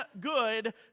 good